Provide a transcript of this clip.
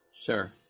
Sure